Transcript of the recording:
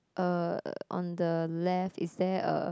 uh on the left is there a